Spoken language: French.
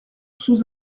sous